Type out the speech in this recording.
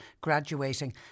graduating